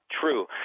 true